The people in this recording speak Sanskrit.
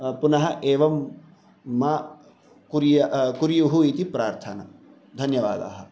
पुनः एवं मा कुर्या कुर्युः इति प्रार्थना धन्यवादाः